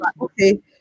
okay